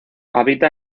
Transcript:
habita